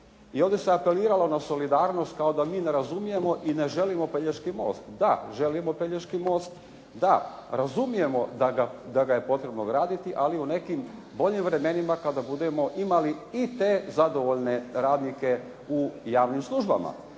i ovdje se apeliralo na solidarnost kao da mi ne razumijemo i ne želimo Pelješki most. Da, želimo Pelješki most, da razumijemo da ga je potrebno graditi, ali u nekim boljim vremenima kada budemo imali i te zadovoljne radnike u javnim službama,